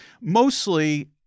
mostly